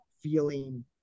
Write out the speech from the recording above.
feeling